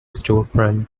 storefront